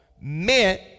meant